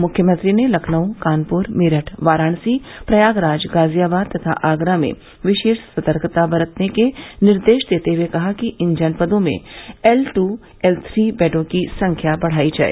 मुख्यमंत्री ने लखनऊ कानपुर मेरठ वाराणसी प्रयागराज गाजियाबाद तथा आगरा में विशेष सर्तकता बरतने के निर्देश देते हुए कहा कि इन जनपदों में एल टू एल थ्री बेडों की संख्या बढ़ायी जाय